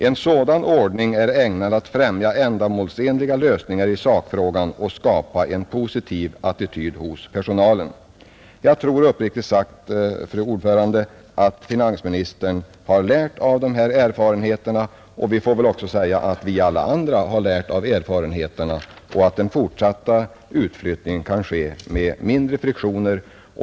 En sådan ordning är ägnad att främja ändamålsenliga lösningar i sakfrågan och skapa en positiv attityd hos personalen.” Jag tror uppriktigt sagt, fru talman, att finansministern har lärt av dessa erfarenheter, och vi får väl också säga att alla vi andra har lärt av erfarenheterna, varför vi får hoppas att den fortsatta utflyttningen kan ske med mindre friktioner.